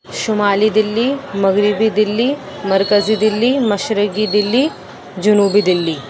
شمالی دہلی مغربی دہلی مرکزی دہلی مشرقی دہلی جنوبی دہلی